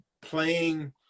playing